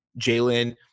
Jalen